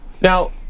Now